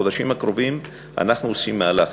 בחודשים הקרובים אנחנו עושים מהלך,